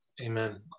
amen